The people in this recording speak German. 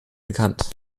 bekannt